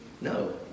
no